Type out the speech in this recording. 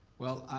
well,